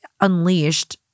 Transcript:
unleashed